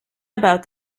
about